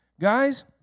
Guys